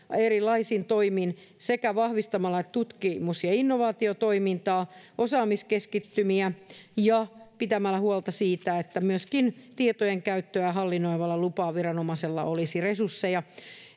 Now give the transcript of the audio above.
erilaisin toimin sekä vahvistamalla tutkimus ja innovaatiotoimintaa osaamiskeskittymiä että pitämällä huolta siitä että myöskin tietojen käyttöä hallinnoivalla lupaviranomaisella olisi resursseja